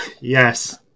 Yes